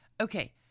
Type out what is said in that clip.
Okay